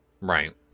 Right